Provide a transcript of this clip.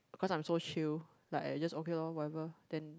cause I'm so chill like I just okay lor whatever then